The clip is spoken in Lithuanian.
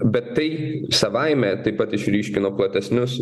bet tai savaime taip pat išryškino platesnius